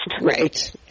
Right